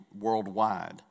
worldwide